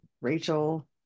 rachel